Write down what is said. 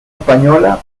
española